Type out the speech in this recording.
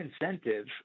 incentive